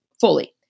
fully